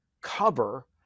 cover